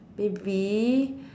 maybe